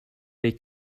they